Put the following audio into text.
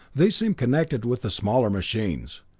these seemed connected with the smaller machines,